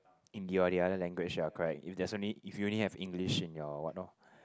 in your the other language ya correct if there's only if you only have English in your what oh